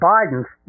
Biden's